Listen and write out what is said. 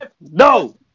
No